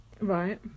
Right